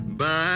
Bye